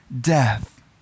death